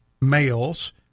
males